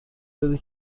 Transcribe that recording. بده